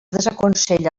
desaconsella